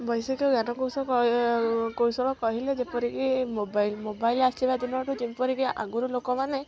ବୈଷୟିକ ଜ୍ଞାନ କୌଶଳ କୌଶଳ କହିଲେ ଯେପରି କି ମୋବାଇଲ୍ ମୋବାଇଲ୍ ଆସିବା ଦିନଠୁ ଯେପରି କି ଆଗରୁ ଲୋକମାନେ